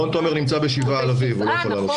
רון תומר נמצא בישיבה, הוא לא יכול לעלות כרגע.